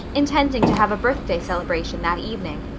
intending to have a birthday celebration that evening.